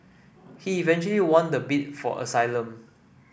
he eventually won the bid for asylum